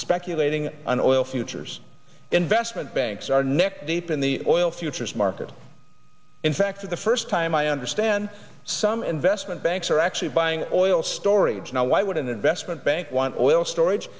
speculating on oil futures investment banks are neck deep in the oil futures market in fact for the first time i understand some investment banks are actually buying oil storage now why would an investment bank want oil storage